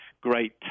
great